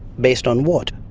based on what?